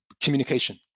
communication